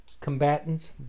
combatants